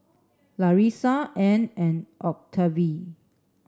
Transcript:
Larissa Ann and Octavie